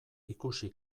ikusi